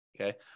Okay